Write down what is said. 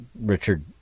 Richard